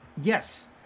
yes